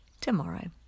tomorrow